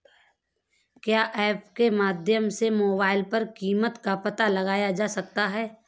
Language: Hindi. क्या ऐप के माध्यम से मोबाइल पर कीमत का पता लगाया जा सकता है?